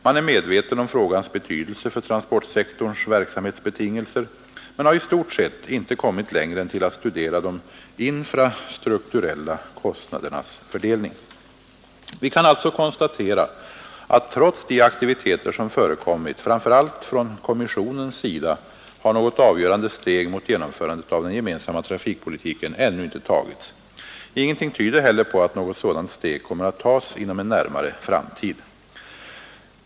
Man är medveten om frågans betydelse för transportsektorns verksamhetsbetingelser men har i stort sett inte kommit längre än till att studera de infrastrukturella kostnadernas fördelning. Vi kan alltså konstatera att trots de aktiviteter som förekommit, framför allt från kommissionens sida, har något avgörande steg mot genomförandet av den gemensamma trafikpolitiken ännu inte tagits. Ingenting tyder heller på att något sådant steg kommer att tas inom en närmare framtid.